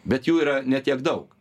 bet jų yra ne tiek daug